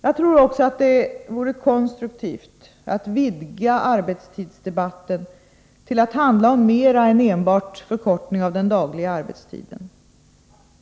Jag tror också att det vore konstruktivt att vidga arbetstidsdebatten till att handla om mera än enbart förkortning av den dagliga arbetstiden.